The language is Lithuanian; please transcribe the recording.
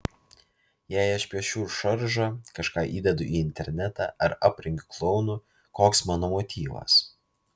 jei aš piešiu šaržą kažką įdedu į internetą ar aprengiu klounu koks mano motyvas